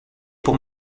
pour